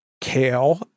kale